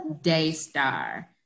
Daystar